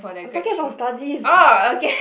I am talking about studies